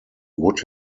would